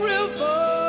River